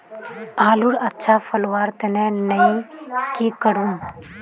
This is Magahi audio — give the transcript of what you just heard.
आलूर अच्छा फलवार तने नई की करूम?